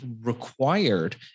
required